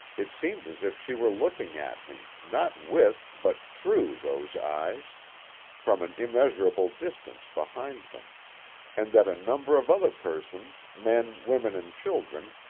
it seemed as if she were looking at me, not with, but through, those eyes from an immeasurable distance behind them and that a number of other persons, men, women and children,